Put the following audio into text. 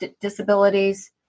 disabilities